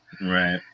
Right